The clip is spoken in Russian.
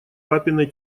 папиной